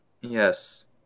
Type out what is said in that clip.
Yes